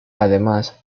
además